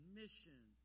mission